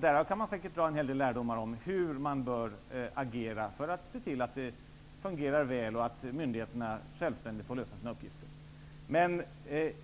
Därav kan man säkert dra en hel lärdomar om hur man bör agera för att se till att det fungerar väl och att myndigheterna självständigt får lösa sina uppgifter. Men